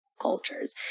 cultures